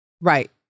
Right